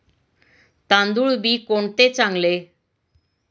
तांदूळ बी कोणते चांगले?